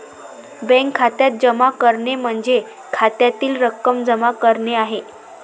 bank खात्यात जमा करणे म्हणजे खात्यातील रक्कम जमा करणे आहे